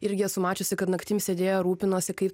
irgi esu mačiusi kad naktim sėdėjo rūpinosi kaip